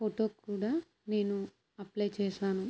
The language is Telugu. ఫోటో కూడా నేను అప్లయ్ చేశాను